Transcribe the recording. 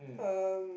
um